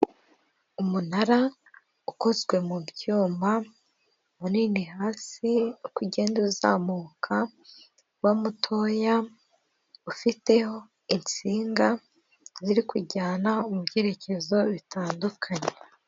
Umunara ukozwe mu byuma munini hasi, uko ugenda uzamuka uba mutoya, ufiteho insinga ziri kujyana mu byerekezo bitandukanye.